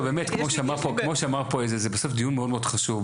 כמו שנאמר פה, זה בסוף דיון מאוד חשוב.